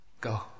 Go